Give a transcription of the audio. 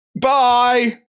bye